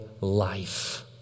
life